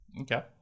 Okay